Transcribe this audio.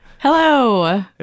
Hello